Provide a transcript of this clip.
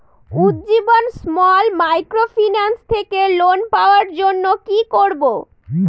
Ujjivan small microfinance থেকে loan পাওয়ার জন্য কি করব?